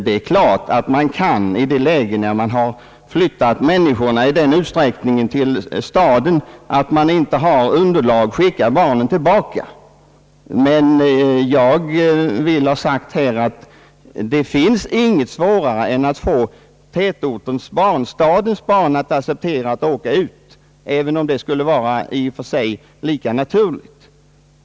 Det är klart att man i ett läge där man flyttat människorna till staden i sådan utsträckning att man inte har underlag kvar i kringliggande orter kan skicka barnen tillbaka för skolgång, men jag vill ha sagt här att det inte finns något svårare än att få tätortens, stadens barn, att åka ut även om det i och för sig skulle vara lika naturligt.